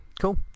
Cool